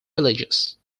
religious